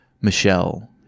Michelle